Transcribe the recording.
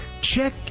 check